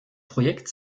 projekt